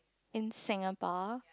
in Singapore